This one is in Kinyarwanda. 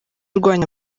urwanya